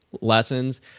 lessons